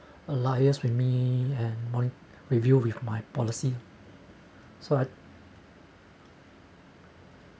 liaise with me and review with my policy so I